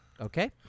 Okay